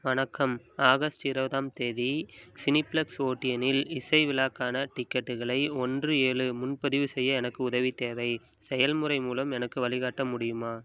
வணக்கம் ஆகஸ்ட் இருபதாம் தேதி சினிப்ளெக்ஸ் ஓடியனில் இசை விழாக்கான டிக்கெட்டுகளை ஒன்று ஏழு முன்பதிவு செய்ய எனக்கு உதவி தேவை செயல்முறை மூலம் எனக்கு வழிகாட்ட முடியுமா